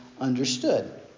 understood